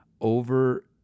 over